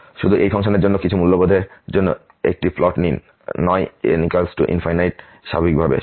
শুধু এই ফাংশনের জন্য এবং কিছু মূল্যবোধের জন্য একটি প্লট নিননয় স্বাভাবিকভাবে